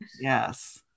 Yes